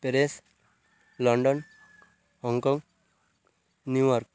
Paris London Hong Kong New York